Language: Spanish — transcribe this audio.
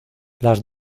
los